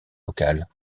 locale